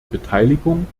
beteiligung